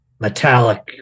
metallic